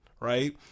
right